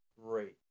great